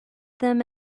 them